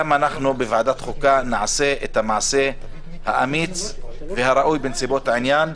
גם אנחנו בוועדת חוקה נעשה את המעשה האמיץ והראוי בנסיבות העניין.